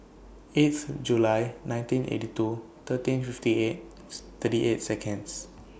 eighth July nineteen eighty two thirteen fifty eighth thirty eight Seconds